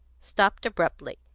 stopped abruptly,